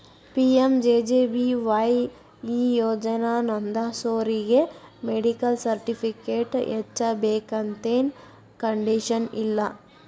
PMJJBY ಈ ಯೋಜನಾ ನೋಂದಾಸೋರಿಗಿ ಮೆಡಿಕಲ್ ಸರ್ಟಿಫಿಕೇಟ್ ಹಚ್ಚಬೇಕಂತೆನ್ ಕಂಡೇಶನ್ ಇಲ್ಲ